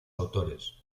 autores